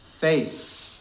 faith